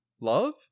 Love